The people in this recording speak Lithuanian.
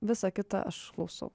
visa kita aš klausau